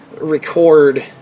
record